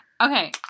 Okay